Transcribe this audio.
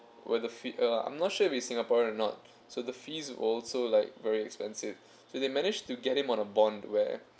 where the fee uh I'm not sure if he's singaporean are not so the fees were also like very expensive so they manage to get him on a bond where